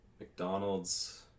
McDonald's